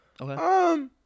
Okay